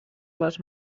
les